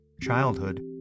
childhood